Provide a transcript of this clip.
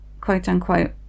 quote-unquote